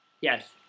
yes